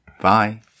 Bye